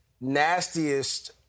nastiest